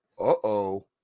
uh-oh –